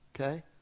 okay